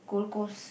Gold Coast